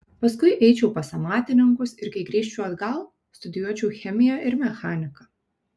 paskui eičiau pas amatininkus ir kai grįžčiau atgal studijuočiau chemiją ir mechaniką